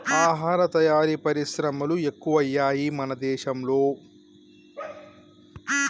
ఆహార తయారీ పరిశ్రమలు ఎక్కువయ్యాయి మన దేశం లో